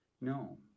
No